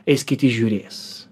eis kiti žiūrės